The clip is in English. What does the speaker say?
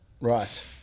Right